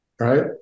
Right